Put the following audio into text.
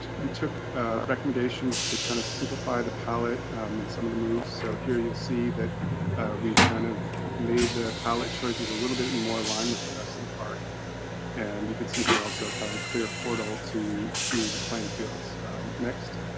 we took recommendations to kind of simplify the palette and some of the moves. so here you'll see that we kind of made the palette choices, a little bit and more aligned with the rest of the park and you can see here also kind of clear portal to to the playing fields next